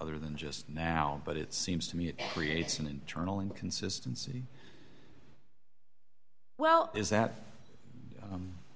other than just now but it seems to me it's an internal inconsistency well is that